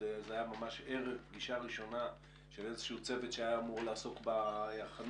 זה היה ממש ערב פגישה ראשונה של איזשהו צוות שהיה אמור לעסוק בהכנות